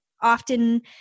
often